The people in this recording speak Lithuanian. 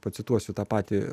pacituosiu tą patį